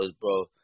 bro